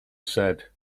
said